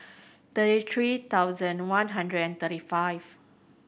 thirty three thousand one hundred and thirty five